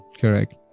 Correct